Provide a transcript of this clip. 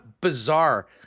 bizarre